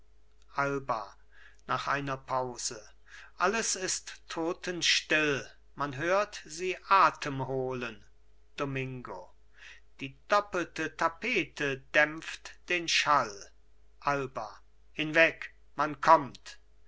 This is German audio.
alba nach einer pause alles ist totenstill man hört sie atem holen domingo die doppelte tapete dämpft den schall alba hinweg man kommt